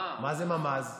מה זה ממ"ז?